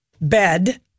bed